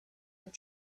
with